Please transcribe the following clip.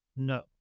no